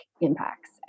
impacts